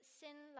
sin